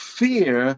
fear